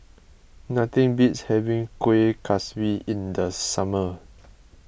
nothing beats having Kueh Kaswi in the summer